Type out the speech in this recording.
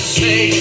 say